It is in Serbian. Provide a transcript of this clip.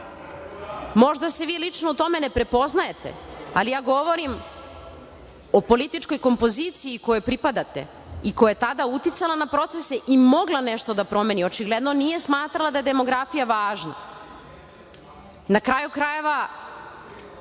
Možda se vi lično u tome ne prepoznajete, ali ja govorim o političkoj kompoziciji kojoj pripadate i koja je tada uticala na procese i mogla nešto da promeni, ali očigledno nije smatrala da je demografija važna. Na kraju krajeva,